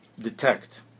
detect